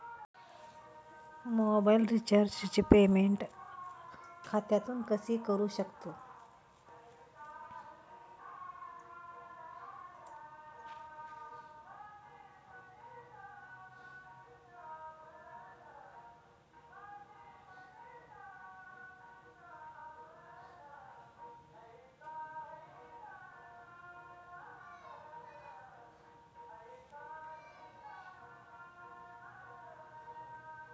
Mobile रिचार्जचे payment खात्यातून कसे करू शकतो?